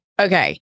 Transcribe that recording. Okay